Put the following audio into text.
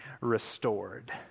restored